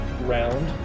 Round